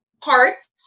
parts